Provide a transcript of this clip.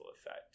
effect